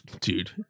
dude